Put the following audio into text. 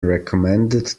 recommended